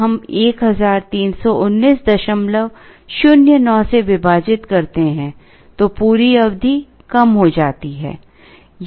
जब हम 131909 से विभाजित करते हैं तो पूरी अवधि कम हो जाती है